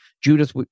Judith